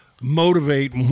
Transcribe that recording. motivate